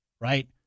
right